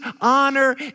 honor